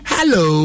Hello